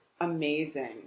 amazing